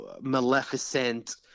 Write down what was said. Maleficent